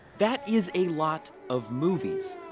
that is a lot of movies,